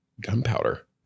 gunpowder